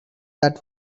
that